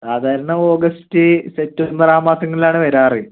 സാധാരണ August September ആ മാസങ്ങളിലാണ് വരാറ്